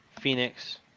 Phoenix